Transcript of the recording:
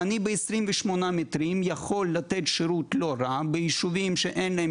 אני ב-28 מטרים יכול לתת שירות לא רע ביישובים שאין בהם